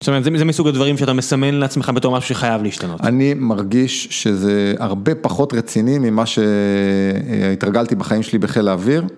זאת אומרת זה מסוג הדברים שאתה מסמן לעצמך בתור משהו שחייב להשתנות. אני מרגיש שזה הרבה פחות רציני ממה שהתרגלתי בחיים שלי בחיל האוויר.